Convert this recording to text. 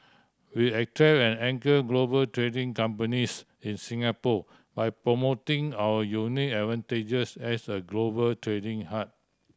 we attract and anchor global trading companies in Singapore by promoting our unique advantages as a global trading hub